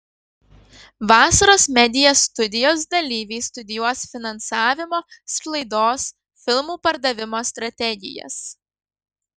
vasaros media studijos dalyviai studijuos finansavimo sklaidos filmų pardavimo strategijas